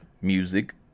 music